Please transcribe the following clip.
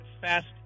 fast